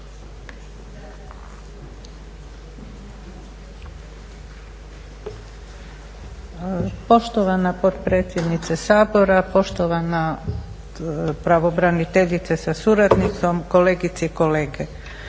Poštovana potpredsjednice Sabora, poštovana pravobraniteljice sa suradnicom, kolegice i kolege.